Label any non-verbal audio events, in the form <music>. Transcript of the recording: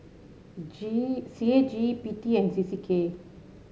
<hesitation> G C A G P T and C C K